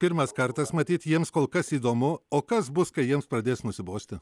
pirmas kartas matyt jiems kol kas įdomu o kas bus kai jiems pradės nusibosti